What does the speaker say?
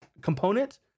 component